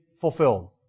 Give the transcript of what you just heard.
fulfilled